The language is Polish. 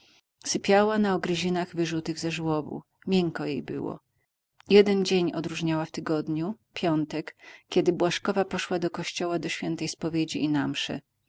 sypiała na ogryzinach wyżutych ze żłobu miękko jej było jeden dzień odróżniała w tygodniu piątek kiedy błażkowa poszła do kościoła do świętej spowiedzi i na